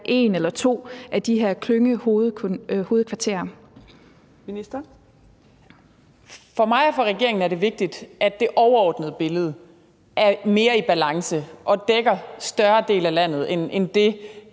(Ane Halsboe-Jørgensen): For mig og for regeringen er det vigtigt, at det overordnede billede er mere i balance og dækker en større del af landet end det,